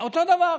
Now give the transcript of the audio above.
אותו דבר,